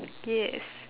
yes